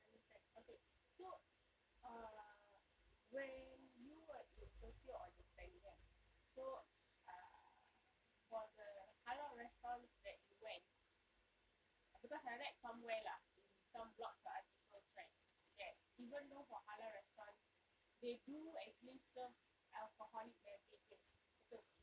understand okay so uh when you are in tokyo or japan kan so err for the halal restaurants that you went cause I read somewhere lah in some blogs or articles right that even though for halal restaurants they do actually serve alcoholic beverages betul ke